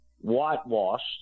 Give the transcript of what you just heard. whitewashed